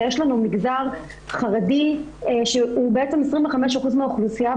יש לנו מגזר חרדי שהוא בעצם 25% מהאוכלוסייה.